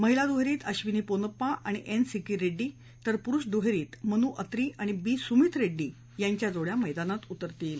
महिला दुहेरीत अश्विनी पोनप्पा आणि एन सिक्की रेड्डी तर पुरुष दुहेरीत मनु अत्री आणि बी सुमिथ रेड्डी यांच्या जोड्या मैदानात उतरतील